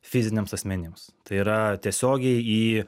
fiziniams asmenims tai yra tiesiogiai į